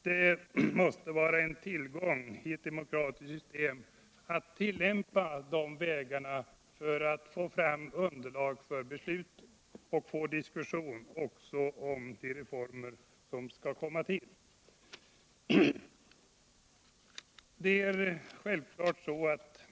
Det måste vara en tillgång i ett demokratiskt system att tillämpa dessa vägar för att få fram underlag för besluten och också få diskussion om de reformer som skall genomföras.